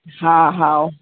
हा हा